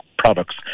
Products